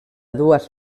dues